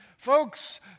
Folks